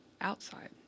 outside